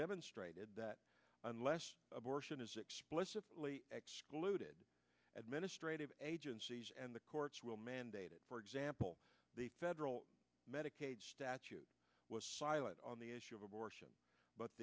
demonstrated that unless abortion is explicitly excluded administrative agencies and the courts will mandate it for example the federal medicaid statute was silent on the issue of abortion but